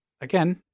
again